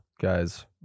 guys